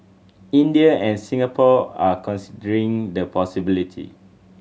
India and Singapore are considering the possibility